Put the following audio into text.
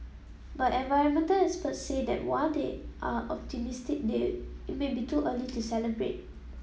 but environmental experts say that while they are optimistic it may be too early to celebrate